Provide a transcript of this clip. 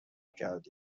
کرده